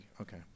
Okay